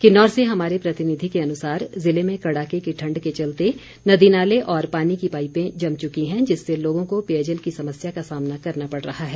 किन्नौर से हमारे प्रतिनिधि के अनुसार ज़िले में कड़ाके की ठण्ड के चलते नदी नाले और पानी की पाइपें जम चुकी हैं जिससे लोगों को पेयजल की समस्या का सामना करना पड़ रहा है